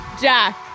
Jack